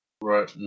Right